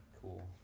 Cool